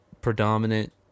predominant